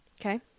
Okay